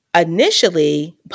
initially